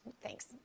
Thanks